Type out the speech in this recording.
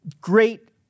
great